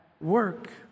work